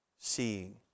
seeing